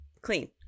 Clean